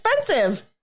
expensive